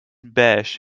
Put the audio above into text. beige